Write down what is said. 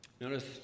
Notice